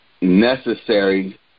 necessary